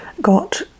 got